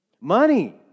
Money